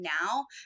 now